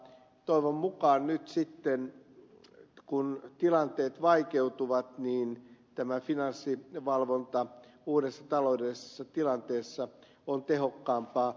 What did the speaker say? toivon mukaan nyt sitten kun tilanteet vaikeutuvat tämä finanssivalvonta uudessa taloudellisessa tilanteessa on tehokkaampaa